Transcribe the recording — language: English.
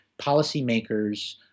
policymakers